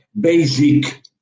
basic